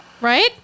Right